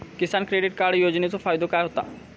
किसान credit card योजनेचो फायदो काय होता?